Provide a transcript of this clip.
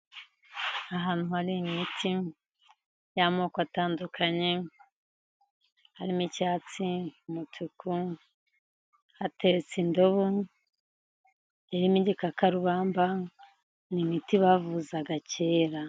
Ahantu har’imiti y'amoko atandukanye, harimo icyatsi, umutuku, hateretse indobo irimo igikakarubamba n’imiti bavuzaga kera.